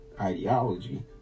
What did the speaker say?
ideology